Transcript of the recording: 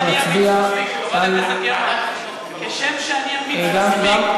די, נו, חזן, ועדת החינוך,